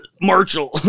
Marshall